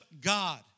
God